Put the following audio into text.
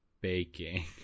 baking